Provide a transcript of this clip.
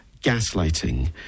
gaslighting